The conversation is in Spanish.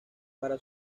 para